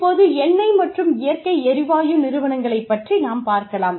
இப்போது எண்ணெய் மற்றும் இயற்கை எரிவாயு நிறுவனங்களைப் பற்றி நாம் பார்க்கலாம்